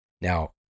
Now